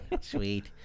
Sweet